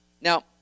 Now